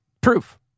proof